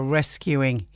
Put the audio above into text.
rescuing